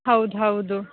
ಹೌದು ಹೌದು